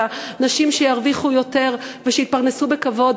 הנשים שירוויחו יותר ושיתפרנסו בכבוד,